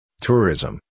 tourism